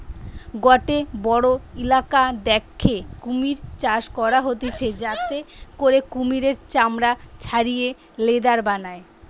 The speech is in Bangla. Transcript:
গটে বড়ো ইলাকা দ্যাখে কুমির চাষ করা হতিছে যাতে করে কুমিরের চামড়া ছাড়িয়ে লেদার বানায়